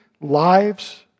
lives